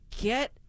get